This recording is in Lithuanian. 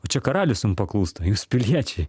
o čia karalius jum paklūsta jūs piliečiai